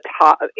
top